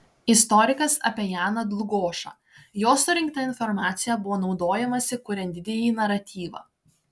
istorikas apie janą dlugošą jo surinkta informacija buvo naudojamasi kuriant didįjį naratyvą